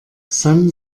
san